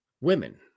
women